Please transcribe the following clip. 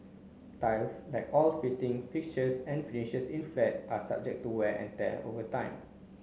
tiles like all fitting fixtures and finishes in a flat are subject to wear and tear over time